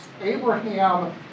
Abraham